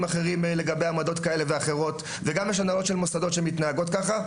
לגבי עמדות כאלה ואחרות וגם יש הנהלות מוסדות שמתנהגות כך,